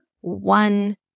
one